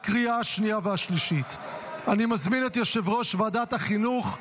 אושרה בקריאה הראשונה ותעבור לדיון בוועדת החינוך,